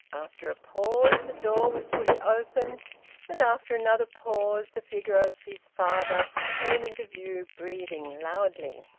after a pause the door was pushed open and after another pause the figure of his father came into view, breathing loudly.